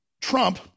Trump